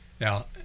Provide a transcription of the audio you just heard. Now